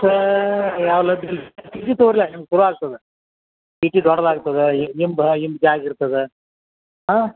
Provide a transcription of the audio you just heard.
T T ತಗೋರಲ್ಲ ನಿಮ್ಗೆ ಆಗ್ತದೆ ಟಿ ಟಿ ದೊಡ್ದು ಆಗ್ತದೆ ಹಿಂದಿನ ಬಾ ಹಿಂದೆ ಜಾಗ ಇರ್ತದೆ ಹಾಂ